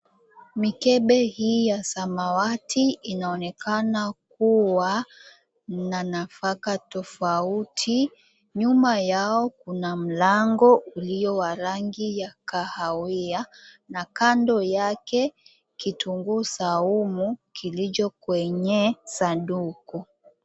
Mikebe hii ya samawati inaonekana kuwa na nafak𝑎 tofauti nyuma yao kuna mlango ulio 𝑤a rangi ya kahawia na kando yake kitunguu saumu kilicho kwenye sanduku.